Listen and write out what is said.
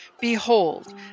Behold